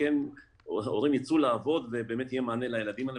שכן הורים ייצאו לעבוד ובאמת יהיה מענה לילדים האלה,